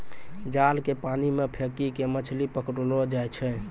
जाल के पानी मे फेकी के मछली पकड़लो जाय छै